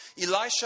Elisha